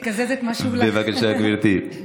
תקזז את מה שהוא, בבקשה, גברתי.